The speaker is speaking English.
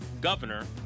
governor